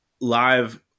live